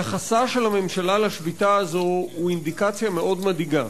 יחסה של הממשלה לשביתה הזאת הוא אינדיקציה מאוד מדאיגה,